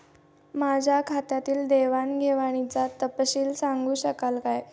माझ्या खात्यातील देवाणघेवाणीचा तपशील सांगू शकाल काय?